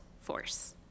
force